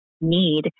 need